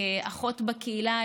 כאחות בקהילה,